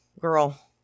girl